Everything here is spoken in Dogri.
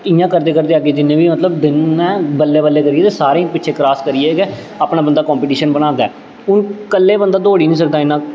इ'यां करदे करदे अग्गें जिन्ने बी मतलब दिन न बल्लें बल्लें करियै ते सारें गी पिच्छें क्रास करियै गै अपना बंदा कंपीटीशन बनांदा ऐ हून कल्ले बंदा दौड़ी निं सकदा इन्ना